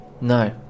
No